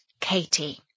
Katie